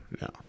No